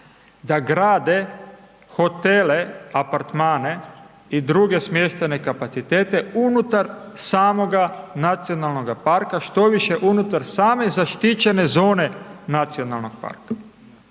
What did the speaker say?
da grade hotele, apartmane i druge smještajne kapacitete unutar samoga nacionalnoga parka, što više unutar same zaštićene zone nacionalnog parka.